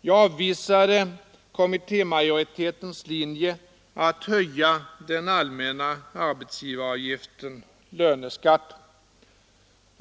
Jag avvisade kommittémajoritetens linje att höja den allmänna arbetsgivaravgiften, löneskatten.